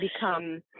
become